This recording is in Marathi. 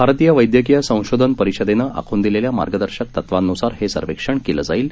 भारतीय वैद्यकीय संशोधन परिषदनं आखून दिलेल्या मार्गदर्शक तत्वांनुसार हे सर्वेक्षण केलं जाईल